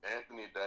Anthony